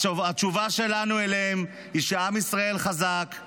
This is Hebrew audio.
התשובה שלנו אליהם היא שעם ישראל חזק,